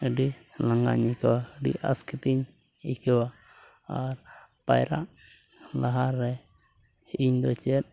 ᱟᱹᱰᱤ ᱞᱟᱸᱜᱟᱧ ᱟᱹᱭᱠᱟᱹᱣᱟ ᱟᱹᱰᱤ ᱟᱸᱥ ᱠᱟᱛᱮᱫ ᱤᱧ ᱟᱹᱭᱠᱟᱹᱣᱟ ᱟᱨ ᱯᱟᱭᱨᱟᱜ ᱞᱟᱦᱟᱨᱮ ᱤᱧᱫᱚ ᱪᱮᱫ